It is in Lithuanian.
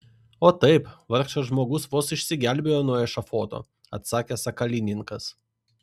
o taip vargšas žmogus vos išsigelbėjo nuo ešafoto atsakė sakalininkas